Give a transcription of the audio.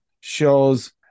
shows